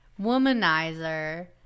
womanizer